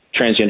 transgender